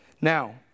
Now